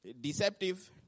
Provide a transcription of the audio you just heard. deceptive